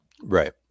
right